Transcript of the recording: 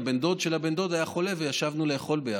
הבן דוד של הבן דוד היה חולה וישבנו לאכול ביחד.